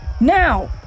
Now